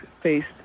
faced